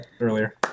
Earlier